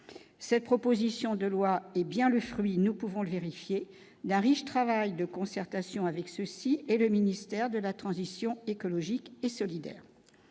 cette proposition de loi, hé bien le fruit, nous pouvons le vérifier la riche travail de concertation avec ceci et le ministère de la transition écologique et solidaire,